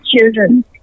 children